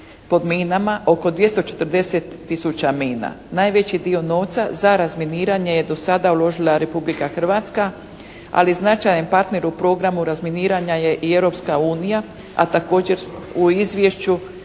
pod minama, oko 240 tisuća mina. Najveći dio novca za razminiranje je do sada uložila Republika Hrvatska. Ali značajan partner u programu razminiranja je i Europska unija, a također u izvješću